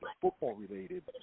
football-related